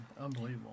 Unbelievable